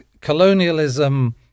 colonialism